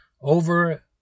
over